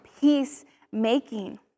peacemaking